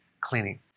cleaning